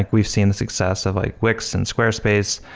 like we've seen the success of like wix and squarespace.